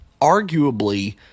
arguably